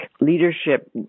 leadership